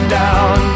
down